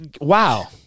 Wow